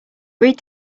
read